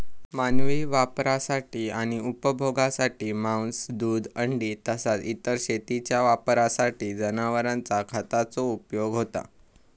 मानवी वापरासाठी आणि उपभोगासाठी मांस, दूध, अंडी तसाच इतर शेतीच्या वापरासाठी जनावरांचा खताचो उपयोग होता